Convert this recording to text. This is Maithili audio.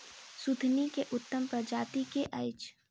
सुथनी केँ उत्तम प्रजाति केँ अछि?